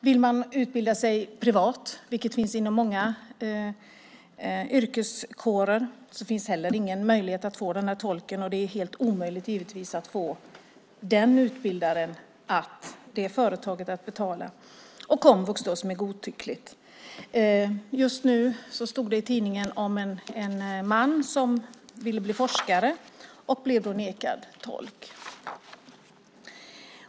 Vill man utbilda sig privat, vilket finns inom många yrkeskårer, finns heller ingen möjlighet att få tolk och det är helt omöjligt givetvis att få den utbildaren, det företaget, att betala. Och när det gäller komvux är det godtyckligt. Just nu stod det i tidningen om en man som ville bli forskare och blev nekad tolk.